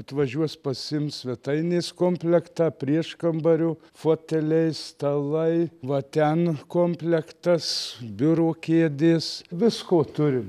atvažiuos pasiims svetainės komplektą prieškambario foteliai stalai va ten komplektas biuro kėdės visko turim